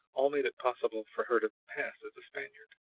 all made it possible for her to pass as a spaniard.